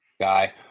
guy